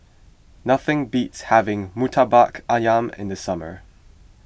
nothing beats having Murtabak Ayam in the summer